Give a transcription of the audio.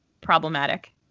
problematic